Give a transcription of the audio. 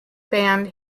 band